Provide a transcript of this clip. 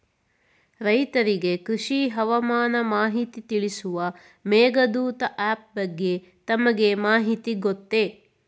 ರೈತರಿಗೆ ಕೃಷಿ ಹವಾಮಾನ ಮಾಹಿತಿ ತಿಳಿಸುವ ಮೇಘದೂತ ಆಪ್ ಬಗ್ಗೆ ತಮಗೆ ಮಾಹಿತಿ ಗೊತ್ತೇ?